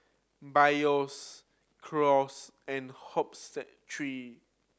Biore Crocs and Hoops Factory